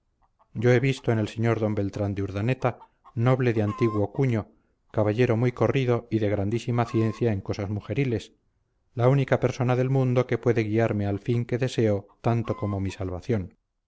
yo he visto en el sr d beltrán de urdaneta noble de antiguo cuño caballero muy corrido y de grandísima ciencia en cosas mujeriles la única persona del mundo que puede guiarme al fin que deseo tanto como mi salvación